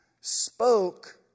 spoke